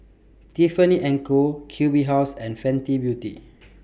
Tiffany and Co Q B House and Fenty Beauty